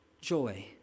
Joy